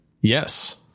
Yes